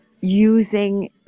using